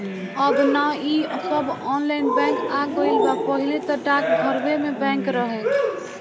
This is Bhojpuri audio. अब नअ इ सब ऑनलाइन बैंक आ गईल बा पहिले तअ डाकघरवे में बैंक रहे